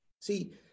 See